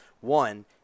One